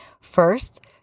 First